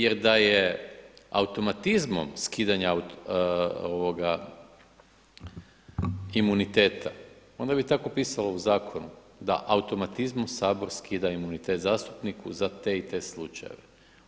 Jer da je automatizmom skidanje imuniteta onda bi tako pisalo u zakonu da automatizmom Sabor skida imunitet zastupniku za te i te slučajeve.